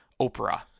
Oprah